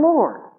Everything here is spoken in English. Lord